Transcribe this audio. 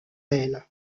elle